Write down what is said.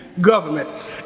government